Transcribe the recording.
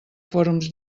fòrums